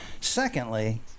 secondly